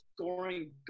scoring